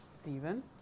Stephen